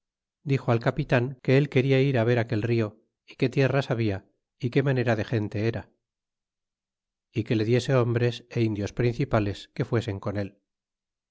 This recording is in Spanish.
dixo al capitan que él quena irá ver aquel rio y qué tierras habia y qué manera de gente era y que le diese hombres é indios principales que fuesen con él